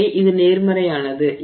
எனவே இது நேர்மறையானது